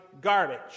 garbage